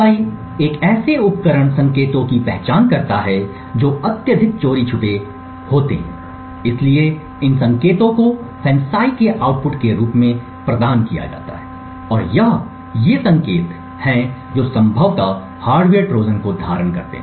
FANCI एक ऐसे उपकरण में संकेतों की पहचान करता है जो अत्यधिक चोरी छिपे होते हैं इसलिए इन संकेतों को FANCI के आउटपुट के रूप में प्रदान किया जाता है और यह ये संकेत हैं जो संभवतः हार्डवेयर ट्रोजन को धारण करते हैं